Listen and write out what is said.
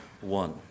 one